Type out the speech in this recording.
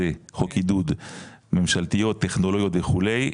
חוק עידוד ממשלתיות טכנולוגיות וכו',